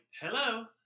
hello